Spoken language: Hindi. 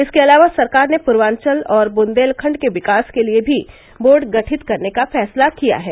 इसके अलावा सरकार ने पूर्वांचल और बुन्देलखंड के विकास के लिये भी बोर्ड गठित करने का फैसला किया है